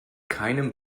keinem